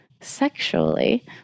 sexually